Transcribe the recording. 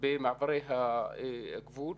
במעברי הגבול,